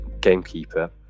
gamekeeper